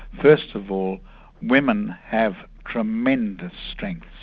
first of all women have tremendous strengths,